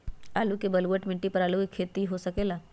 का बलूअट मिट्टी पर आलू के खेती हो सकेला?